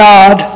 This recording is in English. God